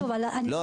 שוב --- לא,